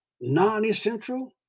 non-essential